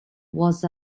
was